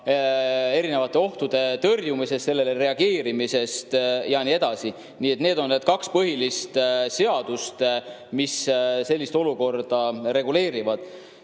erinevate ohtude tõrjumisest, nendele reageerimisest ja nii edasi. Nii et need on need kaks põhilist seadust, mis selliseid olukordi reguleerivad. Nüüd